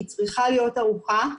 היא צריכה להיות ערוכה.